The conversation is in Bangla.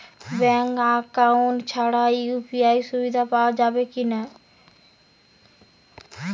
ব্যাঙ্ক অ্যাকাউন্ট ছাড়া ইউ.পি.আই সুবিধা পাওয়া যাবে কি না?